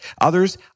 Others